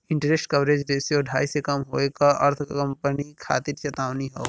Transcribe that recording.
interest coverage ratio ढाई से कम होये क अर्थ कंपनी खातिर चेतावनी हौ